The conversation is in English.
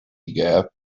gap